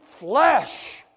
flesh